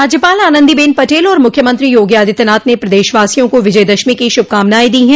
राज्यपाल आनन्दी बेन पटेल और मुख्यमंत्री योगी आदित्यनाथ ने प्रदेशवासियों को विजयदशमी की शुभकामनायें दीं हैं